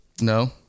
No